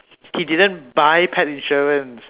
he didn't buy pet insurance